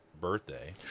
birthday